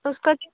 उसका क्या